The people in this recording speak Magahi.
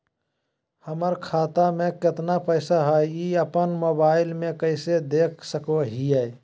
हमर खाता में केतना पैसा हई, ई अपन मोबाईल में कैसे देख सके हियई?